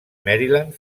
maryland